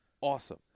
awesome